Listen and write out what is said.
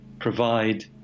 provide